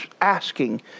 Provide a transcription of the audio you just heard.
asking